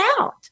out